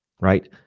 right